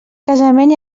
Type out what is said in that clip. casament